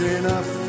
enough